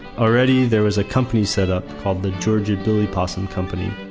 already there was a company set up called the georgia billy possum company.